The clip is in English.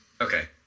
Okay